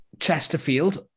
Chesterfield